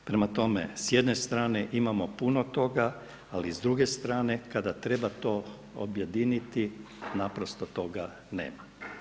Prema tome, s jedne strane imamo puno toga, ali s druge strane kada treba to objediniti, naprosto toga nema.